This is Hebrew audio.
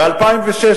ב-2006,